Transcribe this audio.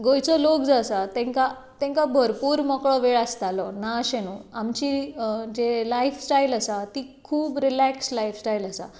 गोंयचो लोक जो आसा ताका तांकां भरपूर मेकळो वेळ आसतालो ना अशें न्हय आमची जी लायफस्टायल आसा ती खूब रिलेकस्ड लायफस्टायल आसा